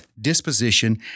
disposition